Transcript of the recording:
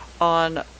on